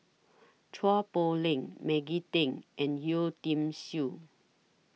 Chua Poh Leng Maggie Teng and Yeo Tiam Siew